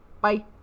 bye